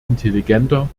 intelligenter